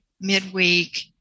midweek